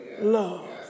love